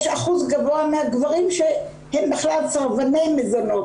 אחוז גבוה מהגברים הם בכלל סרבני מזונות